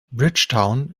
bridgetown